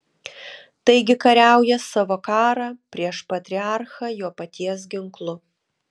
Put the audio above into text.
taigi kariauja savo karą prieš patriarchą jo paties ginklu